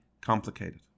complicated